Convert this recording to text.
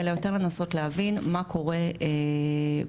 אלא יותר לנסות להבין מה קורה במועדונים.